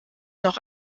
noch